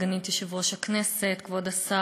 סגנית יושב-ראש הכנסת, כבוד השר,